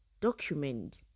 document